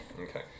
Okay